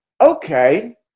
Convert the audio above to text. Okay